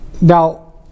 Now